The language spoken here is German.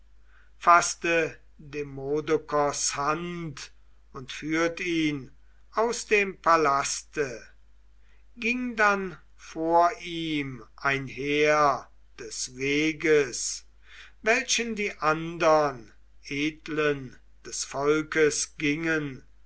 faßte demodokos hand und führt ihn aus dem palaste ging dann vor ihm einher des weges welchen die andern edlen des volkes gingen